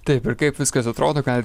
taip ir kaip viskas atrodo galit